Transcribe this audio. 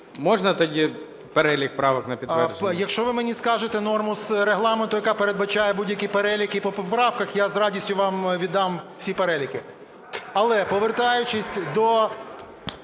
Можна тоді перелік правок на підтвердження? ВЛАСЕНКО С.В. Якщо ви мені скажете норму Регламенту, яка передбачає будь-який перелік по поправках, я з радістю вам віддам всі переліки. Але повертаючись до